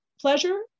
pleasure